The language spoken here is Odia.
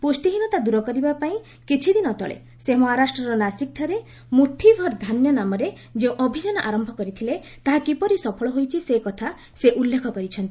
ପୁଷ୍ଠିହୀନତା ଦୂର କରିବାପାଇଁ କିଛିଦିନ ତଳେ ସେ ମହାରାଷ୍ଟ୍ରର ନାସିକ୍ଠାରେ ମୁଠି ଭର୍ ଧାନ୍ୟ ନାମରେ ଯେଉଁ ଅଭିଯାନ ଆରମ୍ଭ କରିଥିଲେ ତାହା କିପରି ସଫଳ ହୋଇଛି ସେକଥା ସେ ଉଲ୍ଲେଖ କରିଛନ୍ତି